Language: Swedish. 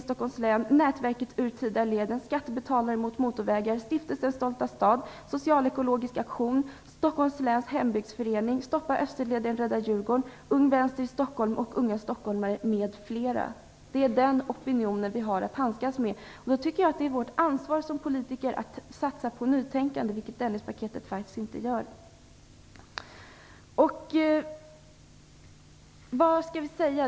Som exempel kan nämnas Aktionsgruppen mot Det är denna opinion som vi har att handskas med. Då tycker jag att det är vårt ansvar som politiker att satsa på nytänkande, vilket man faktiskt inte gör i Vad skall vi säga?